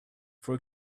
for